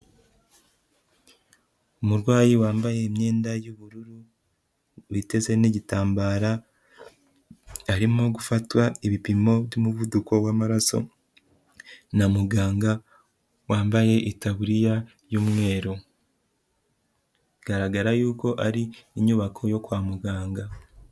Umurwayi wambaye imyenda y'ubururu witeze n'igitambara, arimo gufatwa ibipimo by'umuvuduko w'amaraso na muganga wambaye itaburiya y'umweru, bigaragara y'uko ari inyubako yo kwa muganga.